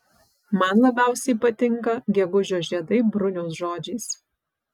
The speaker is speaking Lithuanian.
man labiausiai patinka gegužio žiedai bruniaus žodžiais